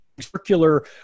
circular